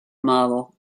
model